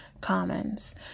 Commons